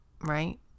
right